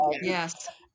Yes